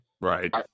Right